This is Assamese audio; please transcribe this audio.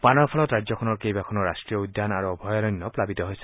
বানৰ ফলত ৰাজ্যখনৰ কেইবাখনো ৰট্টীয় উদ্যান আৰু অভয়াৰণ্য প্লাৱিত হৈছে